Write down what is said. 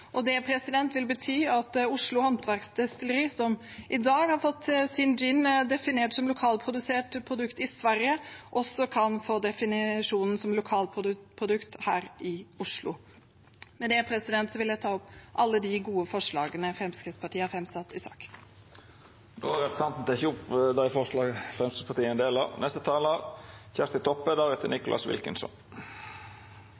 Det vil bety at Oslo Håndverksdestilleri, som i dag har fått sin gin definert som lokalprodusert produkt i Sverige, også kan få definisjonen som lokalprodukt her i Oslo. Med det vil jeg ta opp alle de gode forslagene Fremskrittspartiet har framsatt i saken. Representanten